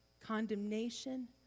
Condemnation